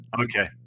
Okay